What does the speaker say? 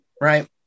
Right